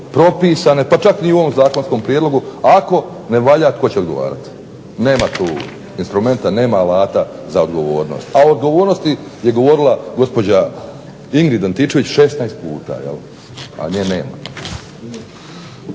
propisane pa čak ni u ovom zakonskom prijedlogu ako ne valja tko će odgovarati. Nema tu instrumenta, nema alata za odgovornost. A o odgovornosti je govorila gospođa Ingrid Antičević 16 puta, a nje nema.